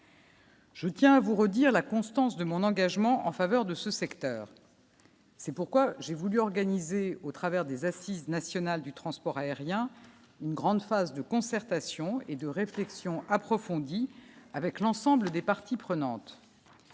Je tiens à vous redire la constance de mon engagement en faveur de ce secteur. C'est pourquoi j'ai voulu organiser au travers des Assises nationales du transport aérien, une grande phase de concertation et de réflexion approfondie avec l'ensemble des parties prenantes